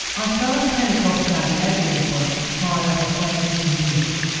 i first came across gabby edlin's work via the feminist community.